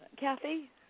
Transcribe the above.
Kathy